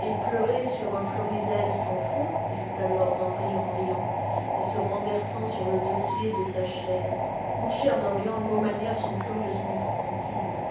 et pleurer sur un florizel sans foi ajouta lord henry en riant et se renversant sur le dossier de sa chaise mon cher dorian vos manières sont curieusement enfantines